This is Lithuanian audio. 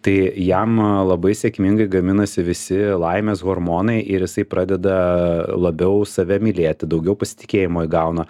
tai jam labai sėkmingai gaminasi visi laimės hormonai ir jisai pradeda labiau save mylėti daugiau pasitikėjimo įgauna